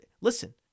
listen